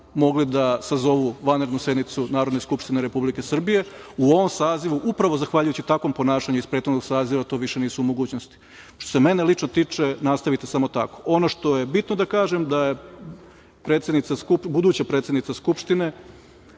mogli da sazovu vanrednu sednicu Narodne skupštine Republike Srbije. U ovom sazivu, upravo zahvaljujući takvom ponašanju iz prethodnog saziva, to više nisu u mogućnosti. Što se mene lično tiče, nastavite samo tako. Ono što je bitno da kažem jeste da je buduća predsednica Skupštine